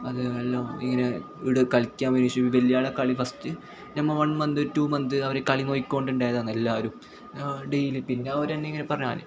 അങ്ങനെയെല്ലാം ഇങ്ങനെ ഇവിടെ കളിയ്ക്കാൻ വ ശേഷം വലിയ ആളെ കളി ഫസ്റ്റ് അങ്ങനെ വൺ മന്ത് ടൂ മന്ത് അവർ കളി നോക്കി കൊണ്ട് ഉണ്ടായതാണ് എല്ലാവരും ഡേയ്ലി പിന്നെ അവർ തന്നെ ഇങ്ങനെ പറഞ്ഞതു പോലെ